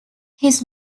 his